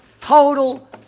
total